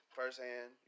firsthand